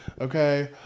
Okay